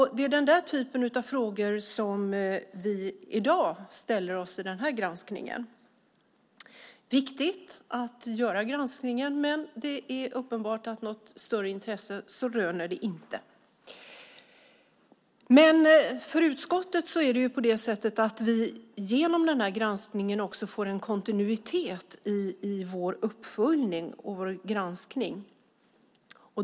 Det är de frågor som vi i dag ställer oss i granskningen. Det är viktigt att göra granskningen. Men det är uppenbart att det inte röner något större intresse. Utskottet får genom granskningen också en kontinuitet i vår uppföljning och granskning.